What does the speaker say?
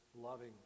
loving